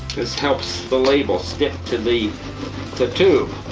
this helps the label stick to the the tube.